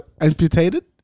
amputated